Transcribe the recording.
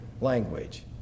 language